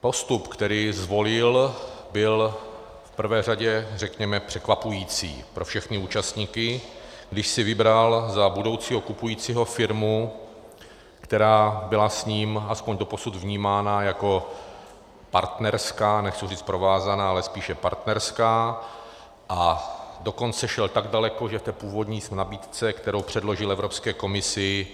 Postup, který zvolil, byl v prvé řadě, řekněme, překvapující pro všechny účastníky, když si vybral za budoucího kupujícího firmu, která byla s ním aspoň doposud vnímána jako partnerská, nechci říct provázaná, ale spíše partnerská, a dokonce šel tak daleko, že v té původní nabídce, kterou předložil Evropské komisi,